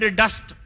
dust